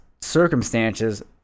circumstances